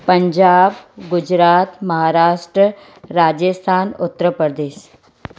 Punjab Gujarat Maharashtra Rajasthan Uttar Pradesh